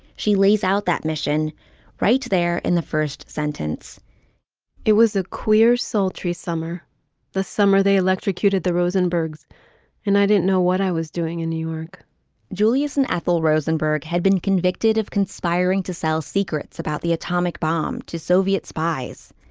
she lays out that mission right there in the first sentence it was a queer sultry summer the summer they electrocuted the rosenbergs and i didn't know what i was doing in new york julius and ethel rosenberg had been convicted of conspiring to sell secrets about the atomic bomb to soviet spies.